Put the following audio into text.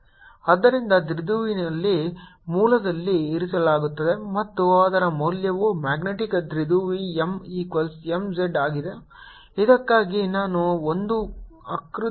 ಆದ್ದರಿಂದ ದ್ವಿಧ್ರುವಿಯನ್ನು ಮೂಲದಲ್ಲಿ ಇರಿಸಲಾಗುತ್ತದೆ ಮತ್ತು ಅದರ ಮೌಲ್ಯವು ಮ್ಯಾಗ್ನೆಟಿಕ್ ದ್ವಿಧ್ರುವಿ m ಈಕ್ವಲ್ಸ್ m z ಆಗಿದೆ ಇದಕ್ಕಾಗಿ ನಾನು ಒಂದು ಆಕೃತಿಯನ್ನು ಸೆಳೆಯುತ್ತೇನೆ